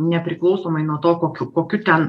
nepriklausomai nuo to kokiu kokiu ten